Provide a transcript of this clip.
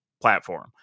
platform